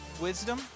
wisdom